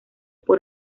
por